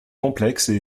complexes